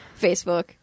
Facebook